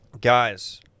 guys